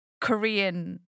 Korean